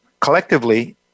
Collectively